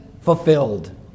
fulfilled